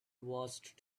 watched